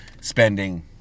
spending